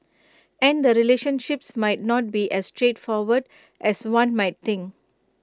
and the relationships might not be as straightforward as one might think